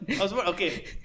Okay